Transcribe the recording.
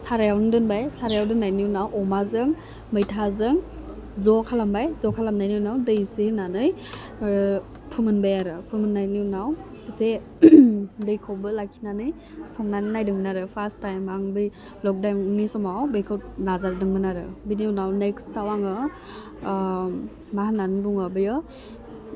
साराइयावनो दोनबाय साराइयाव दोननायनि उनाव अमाजों मैथाजों ज' खालामबाय ज' खालामनायनि उनाव दै एसे होनानै फोमोनबाय आरो फोमोननायनि उनाव एसे दैखौबो लाखिनानै संनानै नायदोंमोन आरो फास्ट टाइम आं बै लकडाइमनि समाव बेखौ नाजारदोंमोन आरो बिदि उनाव नेक्सटाव आङो मा होननानै बुङो बेयो